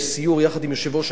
יחד עם יושב-ראש הכנסת,